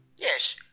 Yes